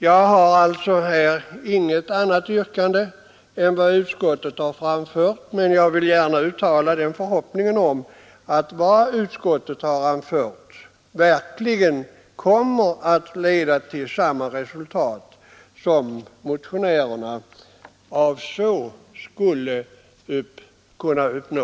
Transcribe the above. Jag har alltså inte något annat yrkande än bifall till utskottets hemställan, men jag vill gärna uttala förhoppningen att vad utskottet anfört verkligen kommer att leda till samma resultat som motionärerna avsåg att uppnå.